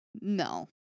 No